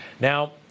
Now